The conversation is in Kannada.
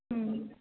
ಹ್ಞೂ